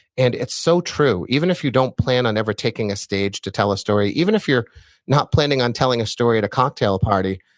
and it's so true. even if you don't plan on ever taking a stage to tell a story, even if you're not planning on telling a story at a cocktail party,